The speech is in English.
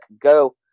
go